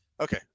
Okay